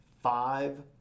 five